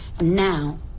Now